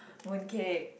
mooncake